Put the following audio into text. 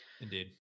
indeed